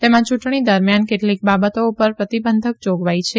તેમાં યુંટણી દરમિયાન કેટલીક બાબતો પર પ્રતિબંધક જાગવાઈ છે